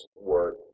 work